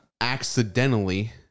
accidentally